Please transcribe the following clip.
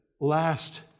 last